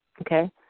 Okay